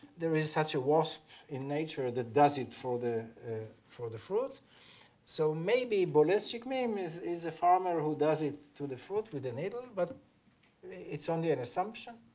there is such a wasp in nature that does it for the for the fruit so maybe boles shekmeem is is a farmer who does it to the fruit with a needle but it's only an assumption.